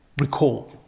recall